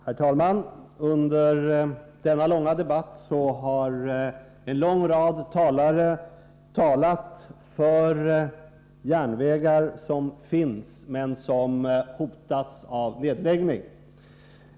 Herr talman! Under denna långa debatt har en lång rad talare talat för järnvägar som finns men som hotas av nedläggning.